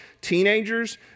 teenagers